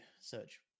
search